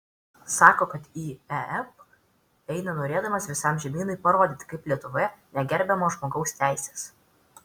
sako kad į ep eina norėdamas visam žemynui parodyti kaip lietuvoje negerbiamos žmogaus teisės